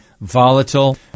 volatile